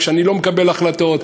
כשאני לא מקבל החלטות,